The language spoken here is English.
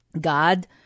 God